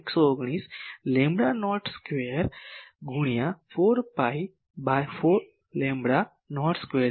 119 lambda naught square ગુણ્યા 4 pi by lambda naught square છે